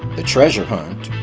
the treasure hunt.